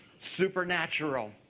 supernatural